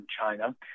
China